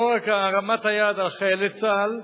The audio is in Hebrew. לא רק הרמת היד על חיילי צה"ל,